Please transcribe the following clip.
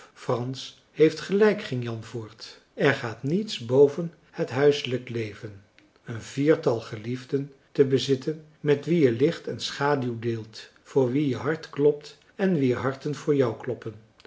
frans heeft gelijk ging jan voort er gaat niets boven het huiselijk leven een viertal geliefden te bezitten met wie je licht en schaduw deelt voor wie je hart klopt en wier harten voor jou kloppen